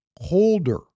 holder